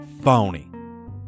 Phony